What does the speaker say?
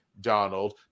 Donald